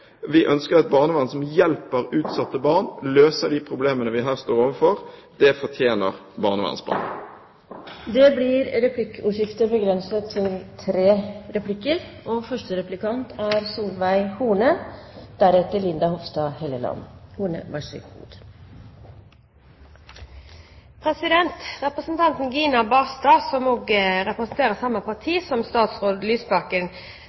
Vi ønsker et barnevern som hjelper utsatte barn og løser de problemene vi her står overfor. Det fortjener barnevernsbarna! Det blir replikkordskifte.